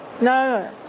No